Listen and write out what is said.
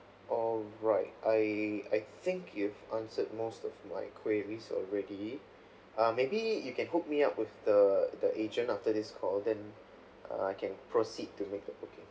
alright I I think you've answered most of my queries already uh maybe you can hook me up with the the agent after this call then uh I can proceed to make a booking